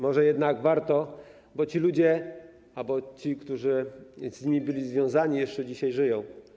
Może jednak warto, bo ci ludzie albo ci, którzy z nimi byli związani, jeszcze dzisiaj żyją.